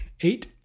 eight